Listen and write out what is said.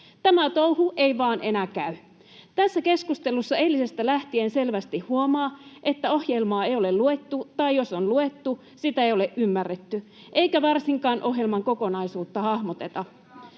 Tämä touhu ei vaan enää käy. Tässä keskustelussa eilisestä lähtien selvästi huomaa, että ohjelmaa ei ole luettu, tai jos on luettu, sitä ei ole ymmärretty, eikä varsinkaan ohjelman kokonaisuutta hahmoteta.